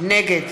נגד